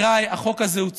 יקיריי, החוק הזה הוא צודק,